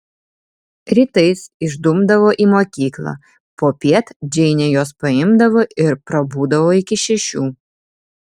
rytais išdumdavo į mokyklą popiet džeinė juos paimdavo ir prabūdavo iki šešių